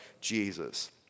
Jesus